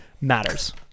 matters